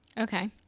Okay